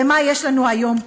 ומה יש לנו היום פה?